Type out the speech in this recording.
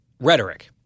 rhetoric